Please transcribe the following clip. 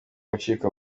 gucika